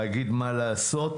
להגיד מה לעשות,